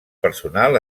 personal